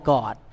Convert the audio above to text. God